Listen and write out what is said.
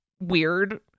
weird